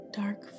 dark